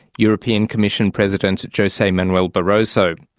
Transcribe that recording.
european commission president jose manuel barroso.